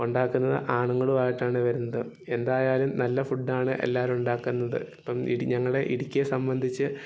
ഉണ്ടാക്കുന്നത് ആണുങ്ങളുമായിട്ടാണ് വരുന്നത് എന്തായാലും നല്ല ഫുഡാണ് എല്ലാവരും ഉണ്ടാക്കുന്നത് ഇപ്പം ഇടി ഞങ്ങളുടെ ഇടുക്കിയെ സംബന്ധിച്ച്